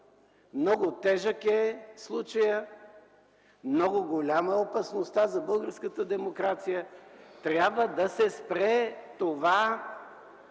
Много тежък е случаят, много голяма е опасността за българската демокрация, трябва да се спре това